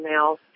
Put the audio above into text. emails